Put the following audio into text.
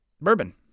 bourbon